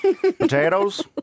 Potatoes